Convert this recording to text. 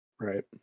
Right